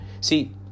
See